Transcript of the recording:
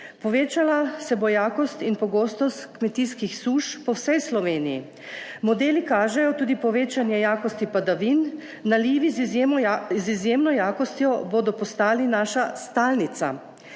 Povečala se bo jakost in pogostost kmetijskih suš po vsej Sloveniji. Modeli kažejo tudi povečanje jakosti padavin. Nalivi z izjemno jakostjo, bodo postali naša stalnica.